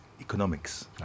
economics